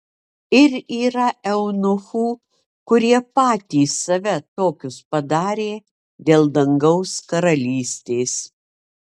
ir yra eunuchų kurie patys save tokius padarė dėl dangaus karalystės